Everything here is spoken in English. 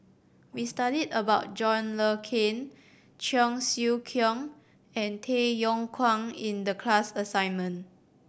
we studied about John Le Cain Cheong Siew Keong and Tay Yong Kwang in the class assignment